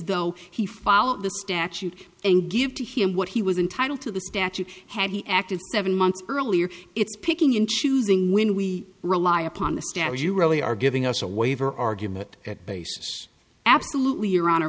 though he followed the statute and give to him what he was entitled to the statute had he acted seven months earlier it's picking and choosing when we rely upon the status you really are giving us a waiver argument basis absolutely your hon